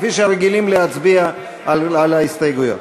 כפי שרגילים להצביע על ההסתייגויות.